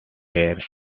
were